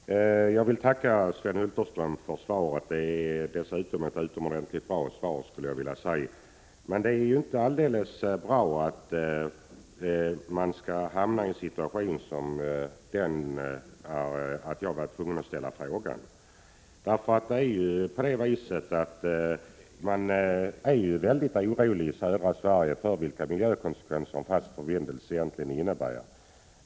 Herr talman! Jag vill tacka kommunikationsministern för svaret. Det är ett utomordentligt bra svar. Men det är ju inte alldeles bra att man skall hamna i sådan situation som gjorde att jag var tvungen att ställa frågan. Man är i södra Sverige mycket orolig när det gäller vilka miljökonsekvenser en fast förbindelse egentligen innebär.